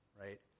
right